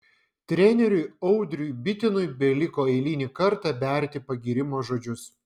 treneriui audriui bitinui beliko eilinį kartą berti pagyrimo žodžius